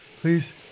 please